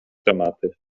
tematy